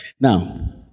Now